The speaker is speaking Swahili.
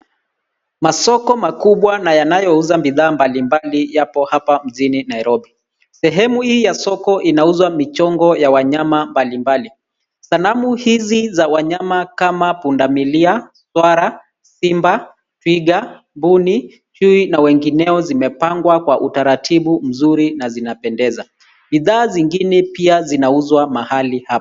Masoko makubwa na yanayouza bidhaa mbali mbali yapo hapa mjini Nairobi .sehemu hii ya soko inauza michongo ya wanyama mbali mbali sanamu hizi za wanyama kama punda milia ,swara ,simba ,twiga ,mbuni .chui na wengineo zimepagwa kwa utaratibu mzuri na zinapendeza ,bidhaa zingine pia zinauzwa hapa.